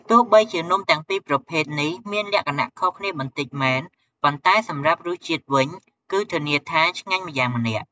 ទោះបីជានំទាំងពីរប្រភេទនេះមានលក្ខណៈខុសគ្នាបន្តិចមែន ប៉ុន្តែសម្រាប់រសជាតិវិញ គឺធានាថាឆ្ងាញ់ម្យ៉ាងម្នាក់។